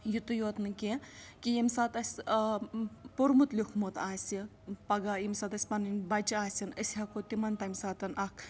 یُتُے یوت نہٕ کیٚنٛہہ کہِ ییٚمہِ ساتہٕ اَسہِ پوٚرمُت لیوٚکھمُت آسہِ پَگاہ ییٚمہِ ساتہٕ أسۍ پَنٕنۍ بَچہِ آسَن أسۍ ہٮ۪کو تِمَن تَمہِ ساتہٕ اَکھ